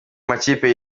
makipe